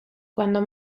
cuando